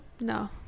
No